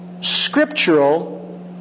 scriptural